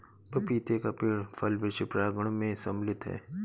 पपीते का पेड़ फल वृक्ष प्रांगण मैं सम्मिलित है